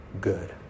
good